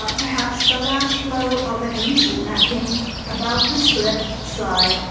ah perhaps the last glow of an ancient mapping about to slip, slide,